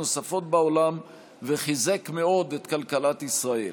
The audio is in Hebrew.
נוספות בעולם וחיזק מאוד את כלכלת ישראל.